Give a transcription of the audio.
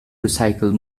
recycle